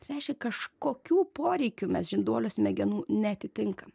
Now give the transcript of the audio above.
tai reiškia kažkokių poreikių mes žinduolio smegenų neatitinkam